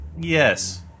yes